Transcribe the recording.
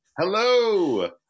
Hello